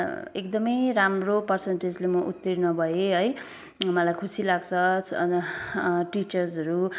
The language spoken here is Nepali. एकदमै राम्रो पर्सन्टेजले म उत्तीर्ण भएँ है मलाई खुसी लाग्छ टिचर्सहरू